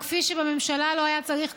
וכפי שבממשלה לא היה צריך קוורום,